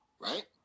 Right